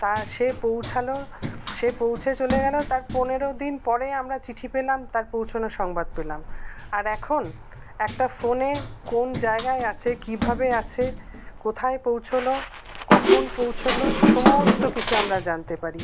তা সে পৌঁছানোর সে পৌঁছে চলে গেলেও তার পনেরো দিন পরে আমরা চিঠি পেলাম তার পৌঁছোনোর সংবাদ পেলাম আর এখন একটা ফোনে কোন জায়গায় আছে কীভাবে আছে কোথায় পৌঁছোলো কখন পৌঁছোলো সমস্ত কিছু আমরা জানতে পারি